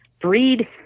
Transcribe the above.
breed